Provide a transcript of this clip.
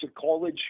college